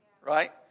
right